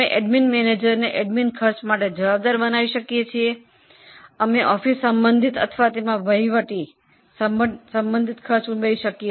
admin મેનેજરને admin ખર્ચની જવાબદારી આપી શકાય છે અને એમાં ઓફિસ અથવા વહીવટ સંબંધિત ખર્ચ ઉમેરી શકાય છે